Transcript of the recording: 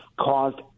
caused